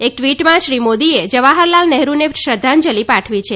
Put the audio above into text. એક ટ્વીટમાં શ્રી મોદીએ જવાહરલાલ નહેરૂને શ્રધ્ધાંજલિ પાઠવી છે